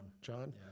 John